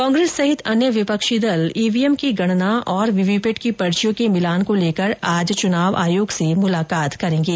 कांग्रेस सहित अन्य विपक्षी दल ईवीएम की गणना और वीवीपैट की पर्चियों के मिलान को लेकर आज चुनाव आयोग से मुलाकात करेंगे